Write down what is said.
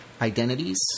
identities